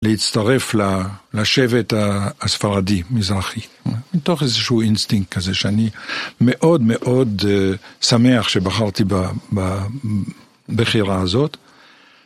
להצטרף לשבט הספרדי, מזרחי, מתוך איזשהו אינסטינקט כזה, שאני מאוד מאוד שמח שבחרתי ב ב בחירה הזאת.